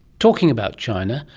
talking about china,